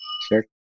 sure